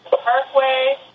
Parkway